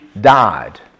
died